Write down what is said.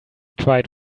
tried